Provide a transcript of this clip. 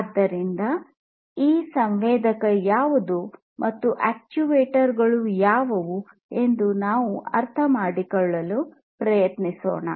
ಆದ್ದರಿಂದ ಈ ಸಂವೇದಕ ಯಾವುದು ಮತ್ತು ಅಕ್ಚುಯೇಟರ್ಗಳು ಯಾವುವು ಎಂದು ನಾವು ಅರ್ಥ ಮಾಡಿಕೊಳ್ಳಲು ಪ್ರಯತ್ನಿಸೋಣ